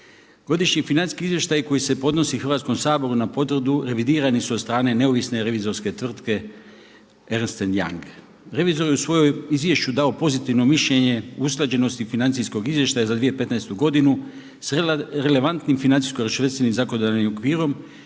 Godišnji financijski izvještaj koji se podnosi Hrvatskom saboru na potvrdu revidirani su od strane neovisne revizorske tvrtke Ernst & Young. Revizor je u svojoj izvješću dao pozitivno mišljenje usklađenosti financijskog izvještaja za 2015. godinu s relevantnim financijsko-računovodstvenim zakonodavnim okvirom